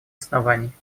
оснований